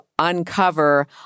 Uncover